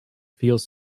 feels